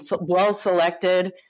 well-selected